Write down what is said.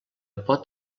pot